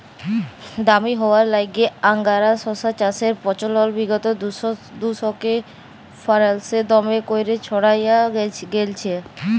দামি হউয়ার ল্যাইগে আংগারা শশা চাষের পচলল বিগত দুদশকে ফারাল্সে দমে ক্যইরে ছইড়ায় গেঁইলছে